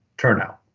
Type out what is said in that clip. turnout,